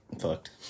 fucked